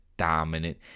dominant